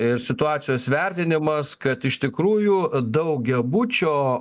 ir situacijos vertinimas kad iš tikrųjų daugiabučio